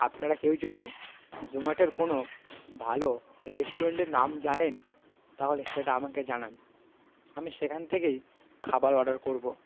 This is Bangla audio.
আপনারা কেউ যদি জোমাটের কোনো ভালো রেস্টুরেন্টের নাম জানেন তাহলে সেটা আমাকে জানান আমি সেখান থেকেই খাবার অর্ডার করব